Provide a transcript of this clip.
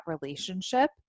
relationship